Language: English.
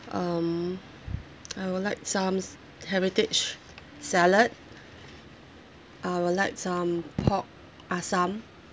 um I will like somes heritage salad I will like some pork assam